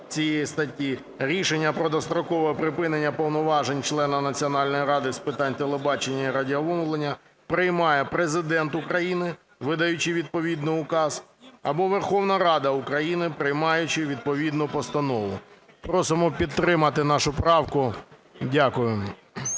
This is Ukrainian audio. цієї статті, рішення про дострокове припинення повноважень члена Національної ради з питань телебачення і радіомовлення приймає Президент України – видаючи відповідний указ, або Верховна Рада України – приймаючи відповідну постанову". Просимо підтримати нашу правку. Дякую.